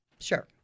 Sure